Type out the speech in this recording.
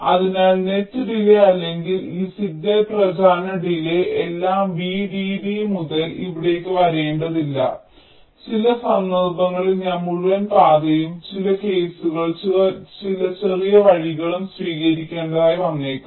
അതിനാൽ net delay അല്ലെങ്കിൽ ഈ സിഗ്നൽ പ്രചരണ ഡിലേയ് എല്ലാം VDD മുതൽ ഇവിടേക്ക് വരേണ്ടതില്ല ചില സന്ദർഭങ്ങളിൽ ഞാൻ മുഴുവൻ പാതയും ചില കേസുകൾ ചെറിയ വഴികളും സ്വീകരിക്കേണ്ടതായി വന്നേക്കാം